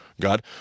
God